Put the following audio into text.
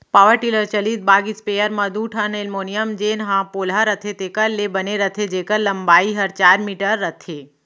power tiller चलित बाग स्पेयर म दू ठन एलमोनियम जेन ह पोलहा रथे तेकर ले बने रथे जेकर लंबाई हर चार मीटर रथे